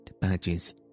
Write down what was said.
badges